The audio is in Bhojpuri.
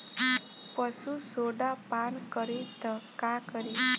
पशु सोडा पान करी त का करी?